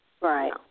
right